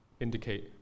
indicate